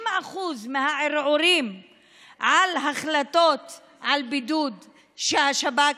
60% מהערעורים על החלטות על בידוד של השב"כ,